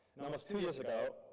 and almost two years ago,